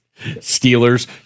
Steelers